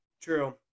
True